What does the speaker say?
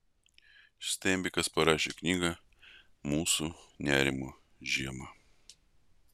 steinbekas parašė knygą mūsų nerimo žiema